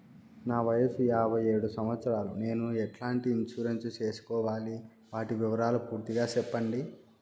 నా వయస్సు యాభై ఏడు సంవత్సరాలు నేను ఎట్లాంటి ఇన్సూరెన్సు సేసుకోవాలి? వాటి వివరాలు పూర్తి గా సెప్పండి?